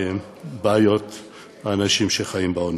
לבעיות של אנשים שחיים בעוני.